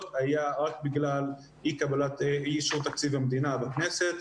היה רק בגלל אי-אישור תקציב המדינה בכנסת.